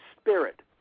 spirit